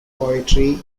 poetry